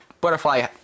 Butterfly